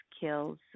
kills